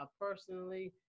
personally